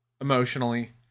emotionally